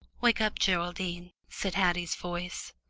wake up, geraldine, said haddie's voice.